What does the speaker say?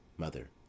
Mother